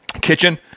kitchen